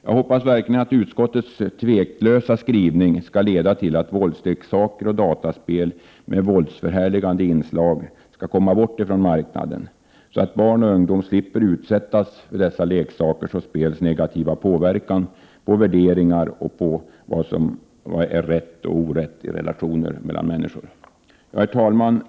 Jag hoppas verkligen att utskottets tveklösa skrivning skall leda till att våldsleksaker och dataspel med våldsförhärligande inslag skall komma bort ifrån marknaden, så att barn och ungdom slipper utsättas för dessa leksakers och spels negativa påverkan på värderingar om vad som är rätt och orätt i relationerna mellan människor. Herr talman!